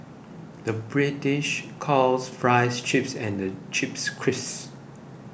the British calls Fries Chips and Chips Crisps